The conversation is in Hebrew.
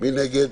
מי נגד?